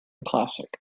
classic